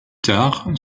tard